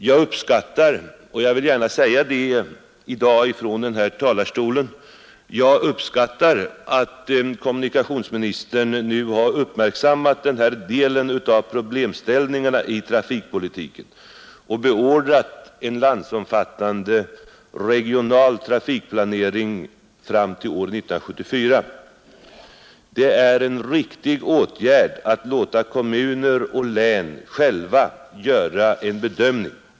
Jag uppskattar — jag vill gärna säga detta från den här talarstolen — att kommunikationsministern nu har uppmärksammat den här delen av problemställningarna i trafikpolitiken och beordrat en landsomfattande regional trafikplanering fram till år 1974. Det är en riktig åtgärd att låta kommuner och län själva göra en bedömning.